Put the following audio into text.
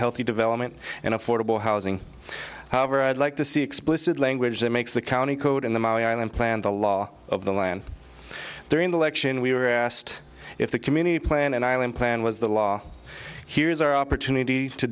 healthy development and affordable housing however i'd like to see explicit language that makes the county code in the ma and plan the law of the land during the election we were asked if the community plan and island plan was the law here's our opportunit